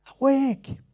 awake